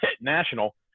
national